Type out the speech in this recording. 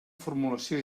formulació